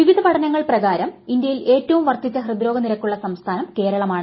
വിവിധ പഠനങ്ങൾ പ്പക്ാരം ഇന്ത്യയിൽ ഏറ്റവും വർദ്ധിച്ച ഹൃദ്രോഗ നിരക്കുള്ള സംസ്ഥാനം കേരളമാണ്